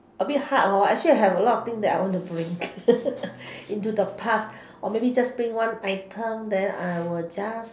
a bit hard hor actually I have a lot of thing that I want to bring into the past or maybe just bring one item then I will just